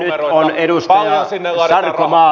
paljonko sinne ladataan rahaa